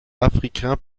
africain